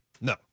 No